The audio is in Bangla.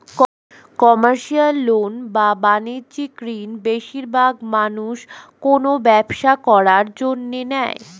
কমার্শিয়াল লোন বা বাণিজ্যিক ঋণ বেশিরবাগ মানুষ কোনো ব্যবসা করার জন্য নেয়